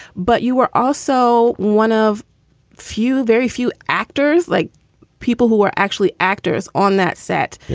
but you were also one of few, very few actors, like people who are actually actors on that set.